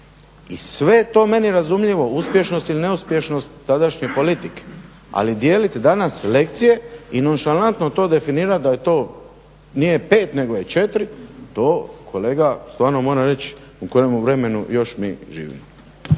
I sve je to meni razumljivo, uspješnost ili neuspješnost tadašnje politike, ali dijeliti danas lekcije i nonšalantno to definirati da to nije 5 nego je 4, to kolega stvarno moram reći u kojemu vremenu još mi živimo.